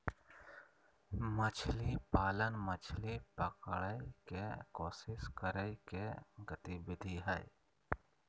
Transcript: मछली पालन, मछली पकड़य के कोशिश करय के गतिविधि हइ